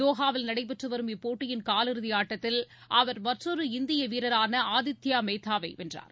தோஹாவில் நடைபெற்றுவரும் இப்போட்டியின் காலிறுதி ஆட்டத்தில் அவர் மற்றொரு இந்திய வீரரான ஆதித்யா மெக்தாவை வென்றார்